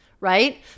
right